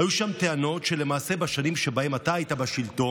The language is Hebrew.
היו שם טענות שלמעשה כבר בשנים שבהן אתה היית בשלטון,